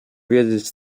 wiedzieć